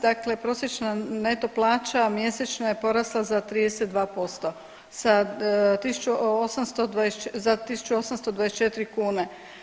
Dakle, prosječna neto plaća mjesečna je porasla za 32%, za 1824 kune.